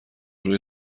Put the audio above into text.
روی